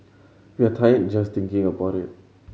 we're tired just thinking about it